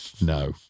No